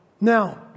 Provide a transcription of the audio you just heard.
Now